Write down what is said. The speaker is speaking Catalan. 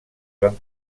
van